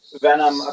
Venom